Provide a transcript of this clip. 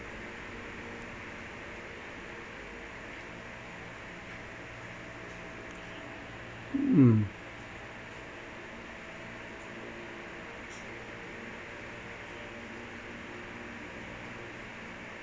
mm